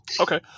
Okay